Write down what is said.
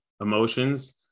emotions